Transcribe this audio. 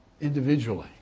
individually